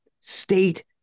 state